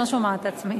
אני לא שומעת את עצמי,